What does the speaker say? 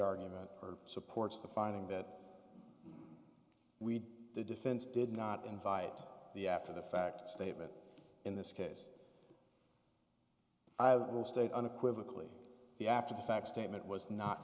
argument or supports the finding that we the defense did not invite the after the fact statement in this case i have will state unequivocally the after the fact statement was not